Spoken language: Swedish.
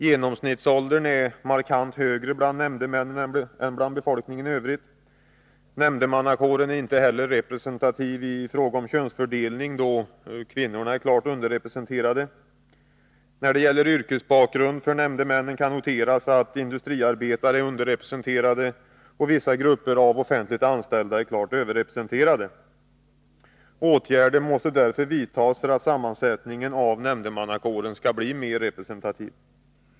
Genomsnittsåldern är markant högre bland nämndemännen än bland befolkningen i övrigt. Nämndemannakåren är inte heller representativ i fråga om könsfördelningen, då kvinnorna är klart underrepresenterade. När det gäller yrkesbakgrund för nämndemännen kan noteras att industriarbetare är underrepresenterade, och vissa grupper av offentligt anställda är klart överrepresenterade. Åtgärder måste därför vidtas för att sammansättningen av nämndemannakåren skall bli mer representativ.